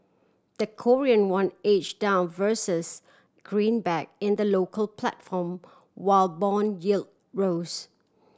the Korean won edge down versus greenback in the local platform while bond yield rose